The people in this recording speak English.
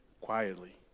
quietly